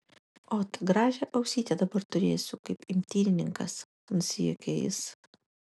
ot gražią ausytę dabar turėsiu kaip imtynininkas nusijuokė jis